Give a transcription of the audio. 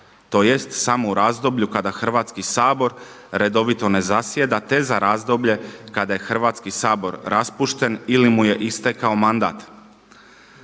tj. samo u razdoblju kada Hrvatski sabor redovito ne zasjeda, te za razdoblje kada je Hrvatski sabor raspušten ili mu je istekao mandat.